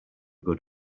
good